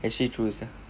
actually true sia